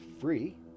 free